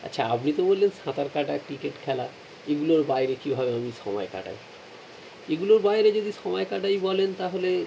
আচ্ছা আপনি তো বললেন সাঁতার কাটা ক্রিকেট খেলা এগুলোর বাইরে কীভাবে আমি সমায় কাটাই এগুলোর বাইরে যদি সমায় কাটাই বলেন তাহলে